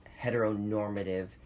heteronormative